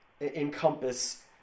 encompass